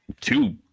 two